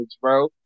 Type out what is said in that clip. bro